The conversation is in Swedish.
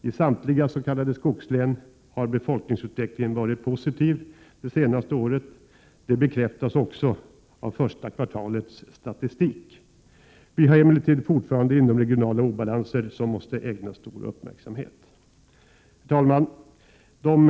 I samtliga s.k. skogslän har befolkningsutvecklingen varit positiv under det senaste året — det bekräftas också av första kvartalets statistik. Vi har emellertid fortfarande inomregionala obalanser som måste ägnas stor uppmärksamhet. Herr talman!